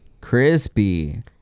Crispy